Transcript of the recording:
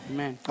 Amen